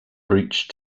breach